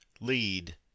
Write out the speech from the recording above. lead